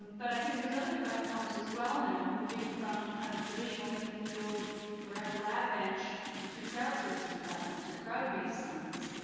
but i think there's other platforms as well now, moving from kind of the traditional in the field or at a lab bench to crowd sourcing platforms, or crowd based science,